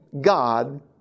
god